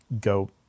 go